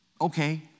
okay